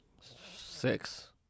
Six